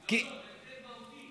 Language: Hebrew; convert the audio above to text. לא, זה די מהותי.